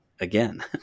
Again